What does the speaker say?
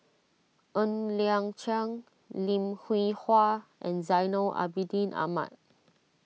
Ng Liang Chiang Lim Hwee Hua and Zainal Abidin Ahmad